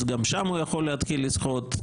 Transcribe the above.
אז גם הוא יכול להתחיל לסחוט,